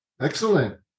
excellent